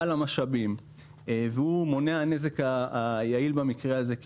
בעל המשאבים והוא מונע נזק היעיל במקרה הזה כי